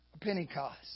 Pentecost